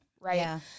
Right